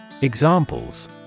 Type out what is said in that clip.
Examples